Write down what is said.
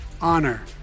honor